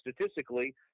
statistically